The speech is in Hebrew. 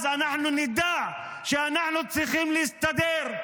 אז אנחנו נדע שאנחנו צריכים להסתדר,